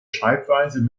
schreibweise